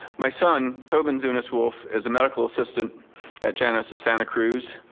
my son, tobin zunas wolf is a medical assistant at janus of santa cruz,